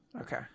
Okay